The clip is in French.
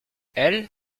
elle